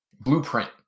blueprint